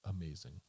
amazing